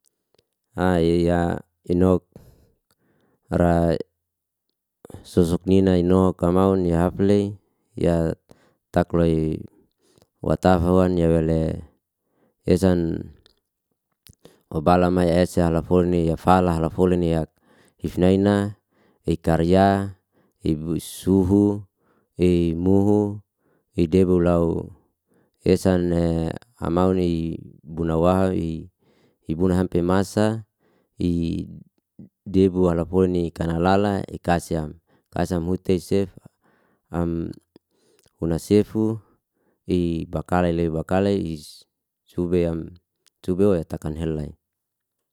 yak inok ra sosok ni nai inok mamaun ni hafle, ya taklai wata hoan ya wele esan wabalama ya ese ala folni ya fala hala folni yak hifnaina ei karya, ei suhu, ei muhu, idebu lau esan amauni bunawaha ibuna sampe masa debu wala folni kanal lala ikasyam, kasyam huta sef, am huna sefu, ibakalai lai sube am, sube wam takanhe lai.